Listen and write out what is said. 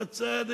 בצד,